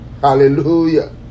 Hallelujah